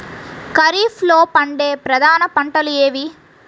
ఖరీఫ్లో పండే ప్రధాన పంటలు ఏవి?